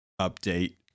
update